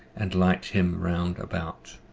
and light him round about.